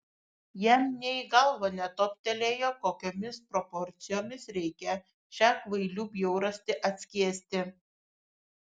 jam nė į galvą netoptelėjo kokiomis proporcijomis reikia šią kvailių bjaurastį atskiesti